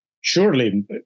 surely